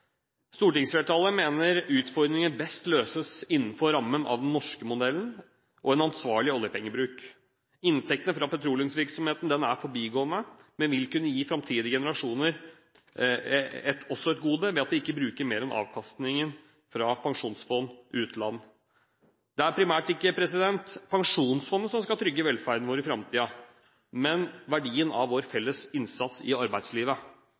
Stortingsflertallet mener utfordringene best løses innenfor rammen av den norske modellen og med en ansvarlig oljepengebruk. Inntektene fra petroleumsvirksomheten er forbigående, men vil kunne komme framtidige generasjoner til gode ved at vi ikke bruker mer enn avkastningen fra Statens pensjonsfond utland. Det er ikke primært pensjonsfondet som skal trygge velferden vår i framtiden, men verdien av vår felles innsats i arbeidslivet.